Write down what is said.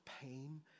pain